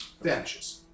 Vanishes